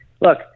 look